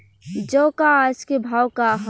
जौ क आज के भाव का ह?